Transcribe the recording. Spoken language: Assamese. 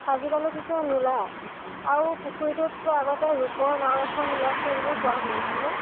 আজিকালি পিছে নোলায় আৰু পুখুৰীটোত আগতে ৰূপৰ নাও এখন ওলাইছে বুলিও কোৱা শুনিছিলোঁ